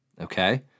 Okay